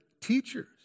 teachers